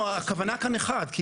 הכוונה כאן היא לדייר אחד,